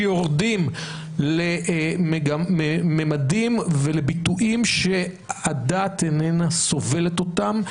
שיורדים לממדים ולביטויים שהדעת איננה סובלת אותם,